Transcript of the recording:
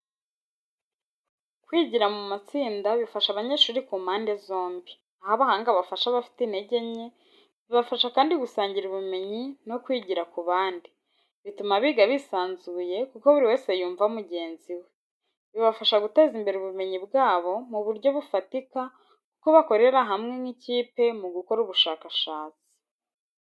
Kwigira mu matsinda bifasha abanyeshuri ku mpande zombi, aho abahanga bafasha abafite intege nke, bibafasha kandi gusangira ubumenyi no kwigira ku bandi. Bituma biga bisanzuye kuko buri wese yumva mugenzi we. Bibafasha guteza imbere ubumenyi bwabo mu buryo bufatika kuko bakorera hamwe nk’ikipe mu gukora ubushakashatsi.